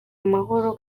amahoro